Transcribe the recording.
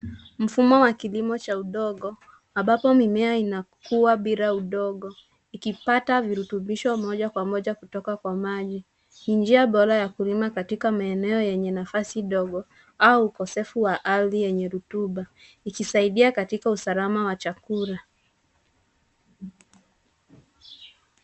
Mfumo wa kilimo cha kisasa ambapo mimea hustawi bila kutumia udongo, ikipata virutubisho moja kwa moja kutoka kwenye maji. Hii ni njia bora ya kulima katika maeneo yenye nafasi ndogo au yenye ukosefu wa ardhi yenye rutuba. Ikisaidia katika usalama wa chakula.